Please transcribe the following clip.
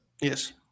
Yes